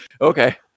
okay